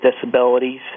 disabilities